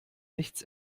nichts